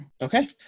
Okay